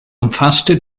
umfasste